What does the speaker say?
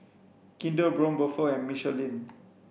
Kinder Braun Buffel and Michelin